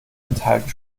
enthalten